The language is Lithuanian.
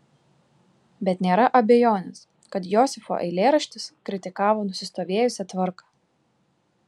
bet nėra abejonės kad josifo eilėraštis kritikavo nusistovėjusią tvarką